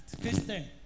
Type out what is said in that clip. Christian